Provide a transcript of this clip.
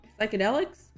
psychedelics